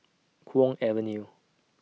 Kwong Avenue